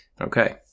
Okay